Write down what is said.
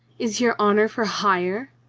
is your honor for hire?